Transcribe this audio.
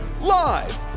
Live